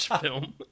film